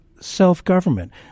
self-government